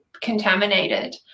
contaminated